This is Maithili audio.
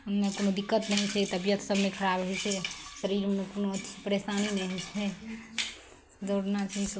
मे कोनो दिक्कत नहि होइ छै तबियत सब नहि खराब होइ छै शरीरमे कोनो परेशानी नहि होइ छै दौड़ना चाही सब